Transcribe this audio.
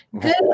good